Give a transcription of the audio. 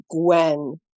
Gwen